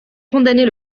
condamner